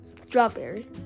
strawberry